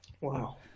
Wow